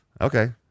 Okay